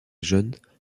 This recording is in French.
jeunes